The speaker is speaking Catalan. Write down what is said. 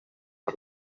per